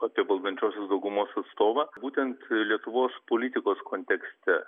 apie valdančiosios daugumos atstovą būtent lietuvos politikos kontekste